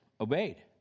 obeyed